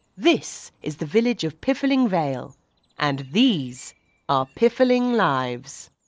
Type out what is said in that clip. this is the village of piffling vale and these are piffling lives.